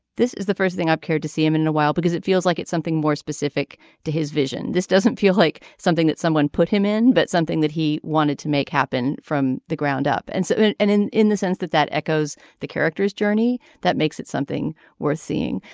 this is the first thing i'd care to see him in in a while because it feels like it's something more specific to his vision. this doesn't feel like something that someone put him in but something that he wanted to make happen from the ground up and so and and in in the sense that that echoes the character's journey that makes it something worth seeing.